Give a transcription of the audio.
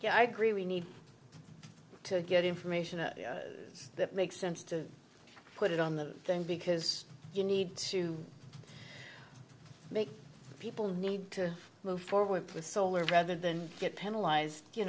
yeah i agree we need to get information that makes sense to put it on the thing because you need to make people need to move forward with solar rather than get penalize you